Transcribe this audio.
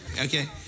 Okay